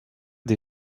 des